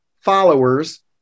followers